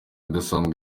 idasanzwe